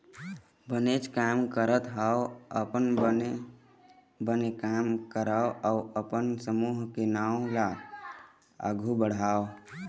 बनेच काम करत हँव आप मन बने बने काम करव अउ अपन समूह के नांव ल आघु बढ़ाव